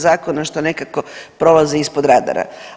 zakona što nekako prolaze ispod radara.